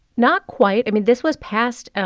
not quite i mean, this was passed,